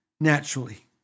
naturally